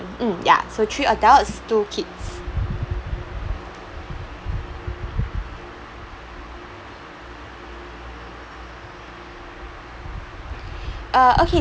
mm ya so three adults two kids uh okay